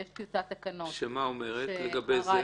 יש טיוטת תקנות -- מה היא אומרת לגבי זה?